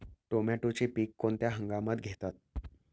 टोमॅटोचे पीक कोणत्या हंगामात घेतात?